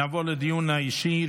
נעבור לדיון האישי.